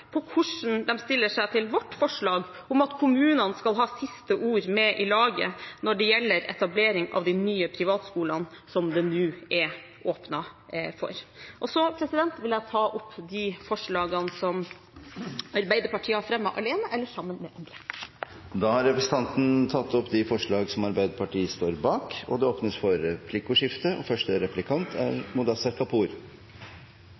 hvordan de stiller seg til vårt forslag om at kommunene skal ha siste ordet når det gjelder etablering av de nye privatskolene som det nå er åpnet for. Så vil jeg ta opp det forslaget som Arbeiderpartiet har fremmet alene, og de forslagene vi har fremmet sammen med andre. Representanten Helga Pedersen har tatt opp de forslagene hun refererte til. Det åpnes for replikkordskifte. Representanten fra Arbeiderpartiet har de siste månedene og